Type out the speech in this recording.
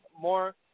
more